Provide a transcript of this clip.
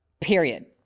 period